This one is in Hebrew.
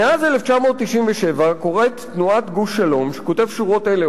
"מאז 1997 קוראת תנועת 'גוש שלום'" שכותב שורות אלה,